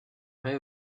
vrai